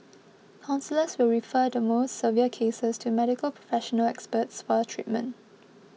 counsellors will refer the more severe cases to Medical Professional Experts for treatment